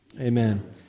Amen